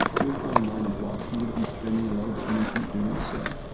you are trying to mine a block you would be spending a lot of energy doing so.